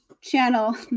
channel